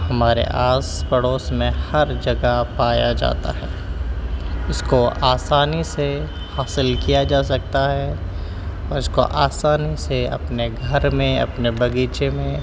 ہمارے آس پڑوس میں ہر جگہ پایا جاتا ہے اس کو آسانی سے حاصل کیا جا سکتا ہے اس کو آسانی سے اپنے گھر میں اپنے باغیچے میں